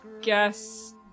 guess